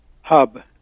hub